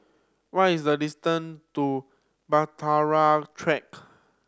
what is the distance to Bahtera Track